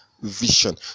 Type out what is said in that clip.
vision